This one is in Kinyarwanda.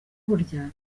burya